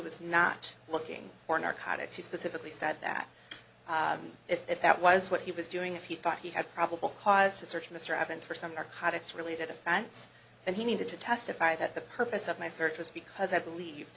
was not looking for narcotics he specifically said that if that was what he was doing if he thought he had probable cause to search mr evans for some hot it's related offense and he needed to testify that the purpose of my search was because i believe